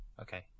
Okay